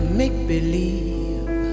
make-believe